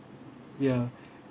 ya